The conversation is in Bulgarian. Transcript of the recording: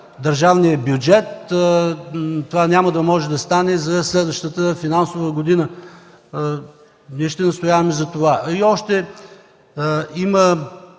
държавния бюджет, това няма да може да стане за следващата финансова година. Ние ще настояваме за това. Има